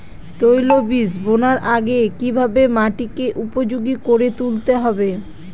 তৈলবীজ বোনার আগে কিভাবে মাটিকে উপযোগী করে তুলতে হবে?